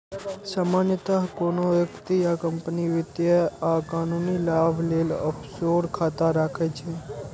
सामान्यतः कोनो व्यक्ति या कंपनी वित्तीय आ कानूनी लाभ लेल ऑफसोर खाता राखै छै